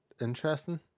Interesting